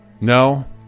No